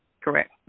Correct